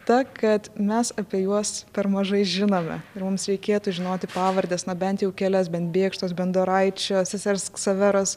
ta kad mes apie juos per mažai žinome ir mums reikėtų žinoti pavardes ne bent jau kelias bent bėkštos bendoraičio sesers ksaveros